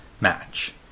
match